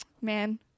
Man